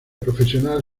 profesional